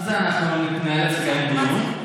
על זה ניאלץ לקיים דיון.